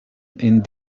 and